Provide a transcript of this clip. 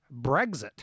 Brexit